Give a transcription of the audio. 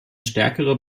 stärkere